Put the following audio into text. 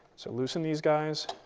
so loosen these guys,